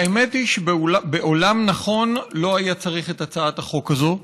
שהאמת היא שבעולם נכון לא היה צריך את הצעת החוק הזו.